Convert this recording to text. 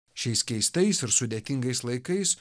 šiais keistais ir sudėtingais laikais